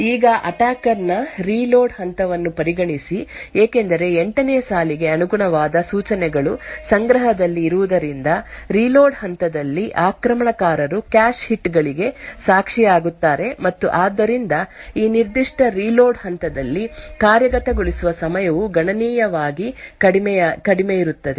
ಈಗ ಅಟ್ಯಾಕರ್ ನ ರೀಲೋಡ್ ಹಂತವನ್ನು ಪರಿಗಣಿಸಿ ಏಕೆಂದರೆ 8 ನೇ ಸಾಲಿಗೆ ಅನುಗುಣವಾದ ಸೂಚನೆಗಳು ಸಂಗ್ರಹದಲ್ಲಿ ಇರುವುದರಿಂದ ರೀಲೋಡ್ ಹಂತದಲ್ಲಿ ಆಕ್ರಮಣಕಾರರು ಕ್ಯಾಶ್ ಹಿಟ್ ಗಳಿಗೆ ಸಾಕ್ಷಿಯಾಗುತ್ತಾರೆ ಮತ್ತು ಆದ್ದರಿಂದ ಈ ನಿರ್ದಿಷ್ಟ ರೀಲೋಡ್ ಹಂತದಲ್ಲಿ ಕಾರ್ಯಗತಗೊಳಿಸುವ ಸಮಯವು ಗಣನೀಯವಾಗಿ ಕಡಿಮೆಯಿರುತ್ತದೆ